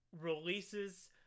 releases